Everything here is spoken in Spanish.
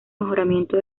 mejoramiento